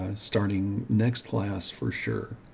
ah starting next class, for sure.